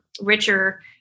richer